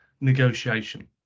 negotiation